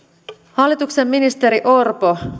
hallituksen ministeri orpo